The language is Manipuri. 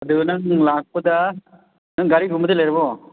ꯑꯗꯨꯒ ꯅꯪ ꯂꯥꯛꯄꯗ ꯅꯪ ꯒꯥꯔꯤꯒꯨꯝꯕꯗꯤ ꯂꯩꯔꯕꯣ